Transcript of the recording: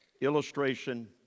illustration